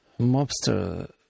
Mobster